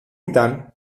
ήταν